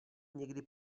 někdy